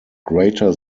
greater